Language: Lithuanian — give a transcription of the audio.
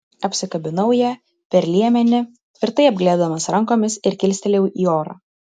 apsikabinau ją per liemenį tvirtai apglėbdamas rankomis ir kilstelėjau į orą